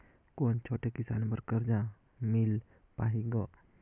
कौन छोटे किसान बर कर्जा मिल पाही ग?